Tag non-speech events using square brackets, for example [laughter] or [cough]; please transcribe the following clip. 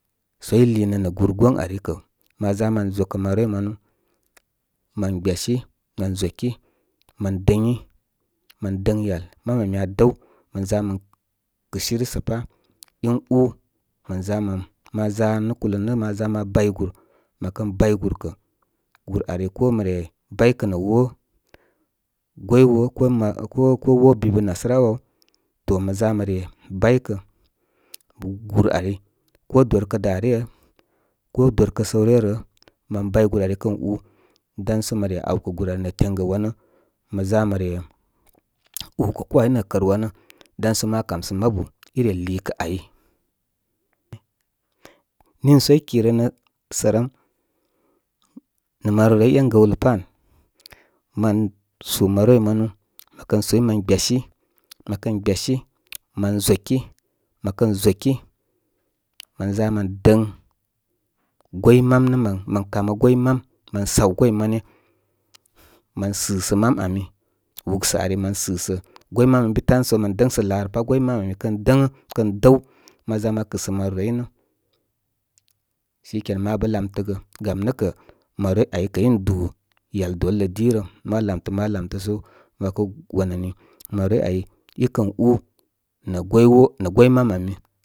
Sə í lììnə nə̀ gùr goy ari kə̀ mən ʒa mən ʒakə maroroi manu mən gbyasí mən ʒo ki mən dəgí, mən dəŋ yal mam ani aa də w, mən ʒa mən kɨsiri, sə pá ín ú mən ʒa mən, ma ʒa kùlə nə̀ ma ʒa ma bay gùr, [unintelligible] ari ko mə re bay kə nə̀ wo’ gwou wo’ ko ma ko, ko wo’ biba’ nasara áw áw, to mə ʒa mə re baykə gúr ari ko do’r ka’ dā ryə ‘ ko dor kə səw ryə rə́. Mən bay gur ari kən ú sə mə re ə́wkəꞌ gur ari ŋə tengə wamə, mə ʒa mə re ukə koo áy nə́ nə teŋgə wanə. Dan sə ma kam sə ma kamsə mabi í re lììkə̀ áy. Nììsə í kìnənə sərəm nə maroroi e’n gəwlə pán. Mən sù maroroi manu məkə súy mər gbyasí, mə kən gbyasí, mən ʒokī, mə kən ʒoki. Mən ʒa mən dəŋ gwoi mam nə mən, mən kama gwoi mam. Mən saw gwoi mane mən sɨsə mam ami. Wuksə̀ ari mən sɨsə. Woi mam ən bi tam sə mən dəŋsə laa rə pá. Gwoi mam amì kən dəŋə’. Kən dəw, ma ʒa ma kɨsə maroroi nə. Sikena, ma bə lamtəgə, gam nə’ kə̀ maroroi a’y kəy du dolə dírə. Ma lamtə, ma lamtə sə ma wakə wani maroroi áy í kən ú nə̄ gwoi wə’ na’ gwoi mam ami.